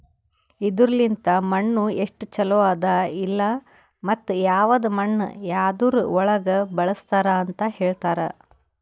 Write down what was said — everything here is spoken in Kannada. ಇದುರ್ ಲಿಂತ್ ಮಣ್ಣು ಎಸ್ಟು ಛಲೋ ಅದ ಇಲ್ಲಾ ಮತ್ತ ಯವದ್ ಮಣ್ಣ ಯದುರ್ ಒಳಗ್ ಬಳಸ್ತಾರ್ ಅಂತ್ ಹೇಳ್ತಾರ್